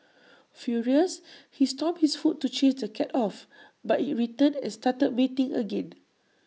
furious he stomped his foot to chase the cat off but IT returned and started mating again